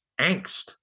angst